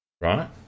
right